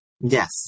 Yes